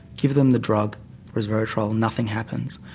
give them the drug resveretrol, nothing happens.